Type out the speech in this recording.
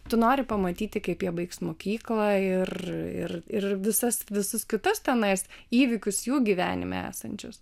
tu nori pamatyti kaip jie baigs mokyklą ir ir ir visas visus kitus tenais įvykius jų gyvenime esančius